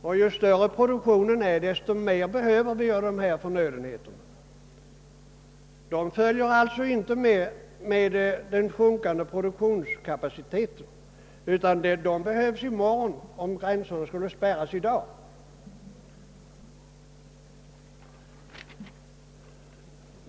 Och ju större denna är, desto mer behöver vi av dessa förnödenheter. De följer inte med den sjunkande produktionskapaciteten, utan de behövs i morgon, om gränserna skulle spärras i dag.